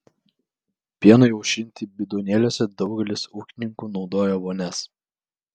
pienui aušinti bidonėliuose daugelis ūkininkų naudoja vonias